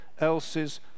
else's